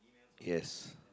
yes